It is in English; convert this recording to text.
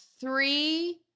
three